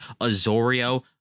Azorio